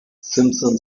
simpson